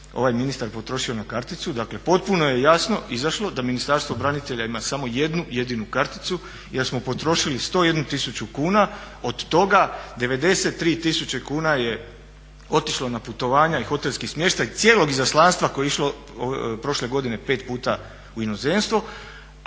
ovaj ministar potrošio na karticu? Dakle, potpuno je jasno izašlo da Ministarstvo branitelja ima samo jednu jedinu karticu i da smo potrošili 101 tisuću kuna. Od toga 93 tisuće kuna je otišlo na putovanja i hotelski smještaj cijelog izaslanstva koje je išlo prošle godine 5 puta u inozemstvo,